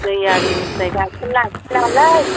दैयारिनिफ्राय गाइखेर लाखिलालै